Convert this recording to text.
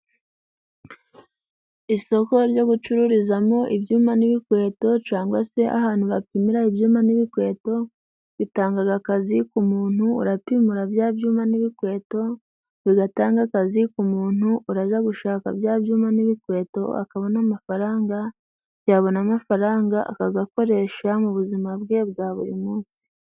Isoko ryo gucururizamo ibyuma n'ibikweto cangwa se ahantu bapimira ibyuma n'ibikweto, bitangaga akazi ku muntu urapimura bya byuma n'ibikweto, bigatanga akazi ku muntu uraja gushaka bya byuma n'ibikweto akabona amafaranga ,yabona amafaranga akagakoresha mu buzima bwe bwa buri munsi.